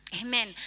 Amen